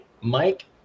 Mike